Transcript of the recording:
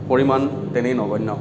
পৰিমাণ তেনেই নগণ্য